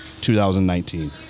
2019